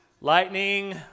lightning